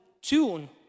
tune